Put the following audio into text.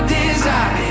desire